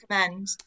recommend